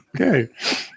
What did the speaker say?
Okay